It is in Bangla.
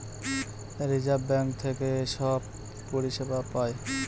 রিজার্ভ বাঙ্ক থেকে সব পরিষেবা পায়